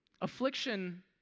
Affliction